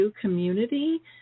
community